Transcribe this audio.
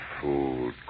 food